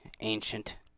ancient